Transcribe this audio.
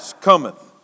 cometh